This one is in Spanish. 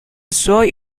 soy